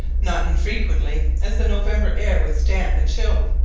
not infrequently, as the november air was damp and chill,